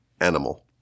animal